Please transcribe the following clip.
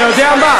אתה יודע מה,